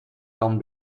kan